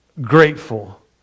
grateful